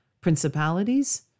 Principalities